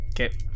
okay